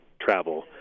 travel